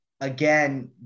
again